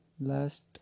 last